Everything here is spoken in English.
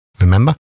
Remember